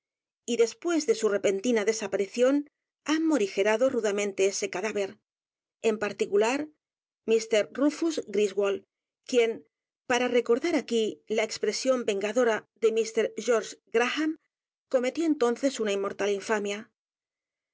y después de su repentina desaparición han morigerado rudamente ese cadáver en particular mr rufus g r i s wold quien p a r a recordar aquí la expresión vengadora de mr george g r a h a m cometió entonces una inmortal infamia